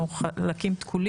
או היו תקולים,